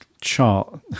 chart